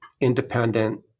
independent